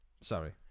Sorry